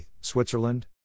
Switzerland